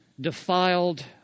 defiled